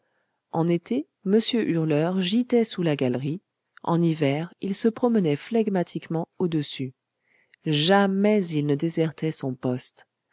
en été mons hurleur gîtait sous la galerie en hiver il se promenait flegmatiquement au-dessus jamais il ne désertait son poste